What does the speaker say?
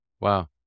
wow